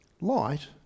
Light